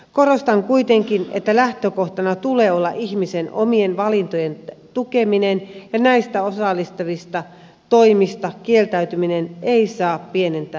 korostan kuitenkin että lähtökohtana tulee olla ihmisen omien valintojen tukeminen ja näistä osallistavista toimista kieltäytyminen ei saa pienentää ihmisen toimeentuloa